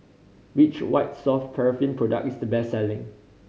which White Soft Paraffin product is the best selling